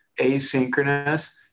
asynchronous